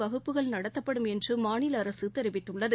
வகுப்புகள் நடத்தப்படும் என்று மாநில அரசு தெரிவித்துள்ளது